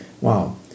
Wow